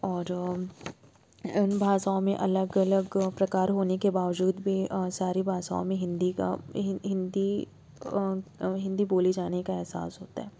और उन भाषाओं में अलग अलग प्रकार होने के बावजूद भी सारी भाषाओं में हिन्दी का हिन्दी हिन्दी बोले जाने का अहसास होता है